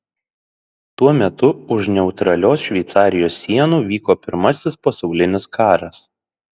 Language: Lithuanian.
tuo metu už neutralios šveicarijos sienų vyko pirmasis pasaulinis karas